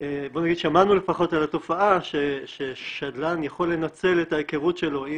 שמענו על התופעה ששדלן יכול לנצל את היכרותו עם